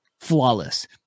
flawless